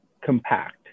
compact